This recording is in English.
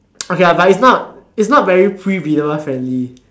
okay lah but it's not it's not very friendly